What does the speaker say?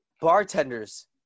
bartenders